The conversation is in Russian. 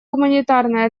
гуманитарной